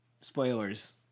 Spoilers